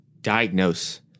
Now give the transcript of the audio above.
diagnose